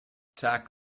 tack